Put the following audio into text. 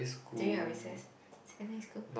during your recess secondary school